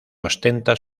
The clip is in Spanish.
ostenta